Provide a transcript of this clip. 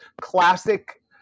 classic